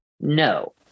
no